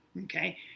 okay